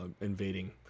invading